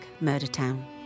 MurderTown